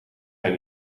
hij